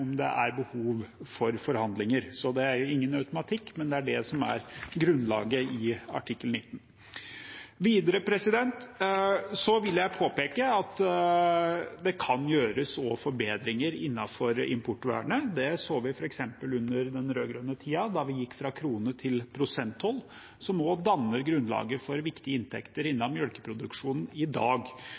det er behov for forhandlinger. Det er ingen automatikk, men det er det som er grunnlaget i artikkel 19. Videre vil jeg påpeke at det også kan gjøres forbedringer innenfor importvernet, det så vi f.eks. under den rød-grønne tiden, da man gikk fra krone- til prosenttoll, som danner grunnlaget for viktige inntekter innen melkeproduksjonen i dag.